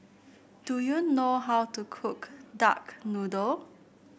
do you know how to cook Duck Noodle